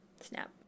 snap